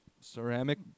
Ceramic